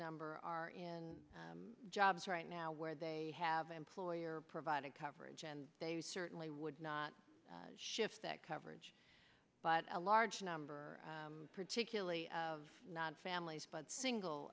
number are in jobs right now where they have employer provided coverage and they certainly would not shift that coverage but a large number particularly of not families but single